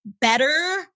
better